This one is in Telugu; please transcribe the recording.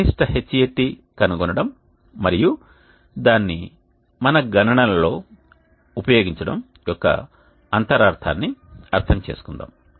ఇప్పుడు కనిష్ట Hat కనుగొనడం మరియు దానిని మన గణనలలో ఉపయోగించడం యొక్క అంతరార్థాన్ని అర్థం చేసుకుందాం